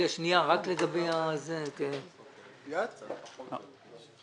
נמצאים כאן אנשי אגף התקציבים.